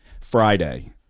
Friday